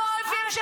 תפסיקו.